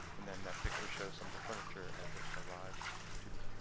and then that picture shows some of the furniture as it arrived to be